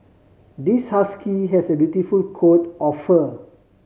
this husky has a beautiful coat of fur